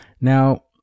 Now